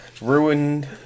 Ruined